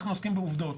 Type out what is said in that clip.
אנחנו עוסקים בעובדות.